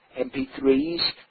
MP3s